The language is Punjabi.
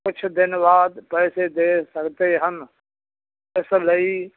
ਕੁਛ ਦਿਨ ਬਾਅਦ ਪੈਸੇ ਦੇ ਸਕਦੇ ਹਨ ਇਸ ਲਈ